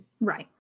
Right